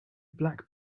black